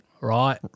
right